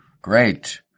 Great